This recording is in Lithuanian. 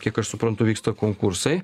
kiek aš suprantu vyksta konkursai